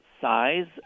size